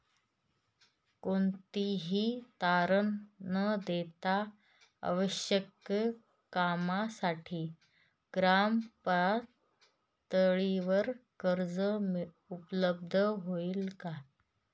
कोणतेही तारण न देता आवश्यक कामासाठी ग्रामपातळीवर कर्ज उपलब्ध होईल का?